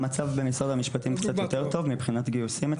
המצב במשרד המשפטים קצת יותר טוב מבחינת גיוסים.